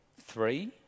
three